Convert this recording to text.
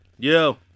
Yo